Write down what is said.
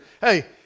Hey